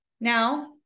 Now